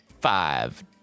five